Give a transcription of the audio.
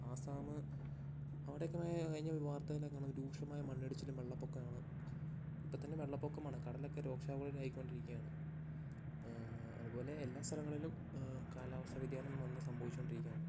ആസ്സാമ് അവിടെയൊക്കെ കഴിഞ്ഞ ഒര് വാർത്തയിലൊക്കെ രൂക്ഷമായ മണ്ണിടിച്ചിലും വെള്ളപൊക്കവുമാണ് ഇപ്പോൾ തന്നെ വെള്ളപൊക്കമാണ് കടലൊക്കെ രോക്ഷാകുലനായിക്കൊണ്ടിരിക്കുകയാണ് ആ അതുപോലെ എല്ലാ സ്ഥലങ്ങളിലും കാലാവസ്ഥ വ്യതിയാനം വന്ന് സംഭവിച്ചുകൊണ്ടിരിക്കുകയാണ്